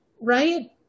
right